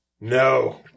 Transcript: No